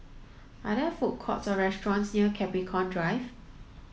are there food courts or restaurants near Capricorn Drive